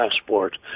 passport